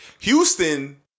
Houston